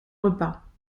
repas